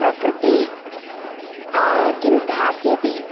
प्रकृतिः किं दास्यति